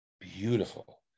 beautiful